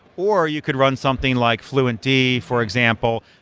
or you could run something like fluent d, for example,